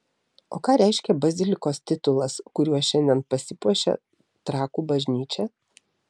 o ką reiškia bazilikos titulas kuriuo šiandien pasipuošia trakų bažnyčia